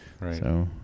Right